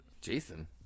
jason